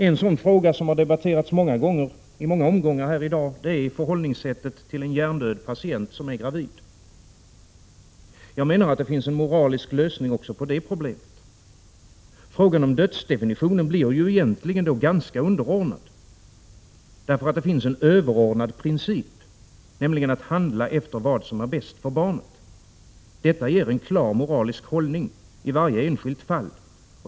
En sådan fråga, som har debatterats i många omgångar här i dag, är förhållningssättet inför en hjärndöd patient som är gravid. Jag menar att det finns en moralisk lösning också på det problemet. Frågan om dödsdefinitionen blir egentligen ganska underordnad, därför att det finns en överordnad princip, nämligen att handla efter vad som är bäst för barnet. Detta ger en klar moralisk hållning i varje enskilt fall.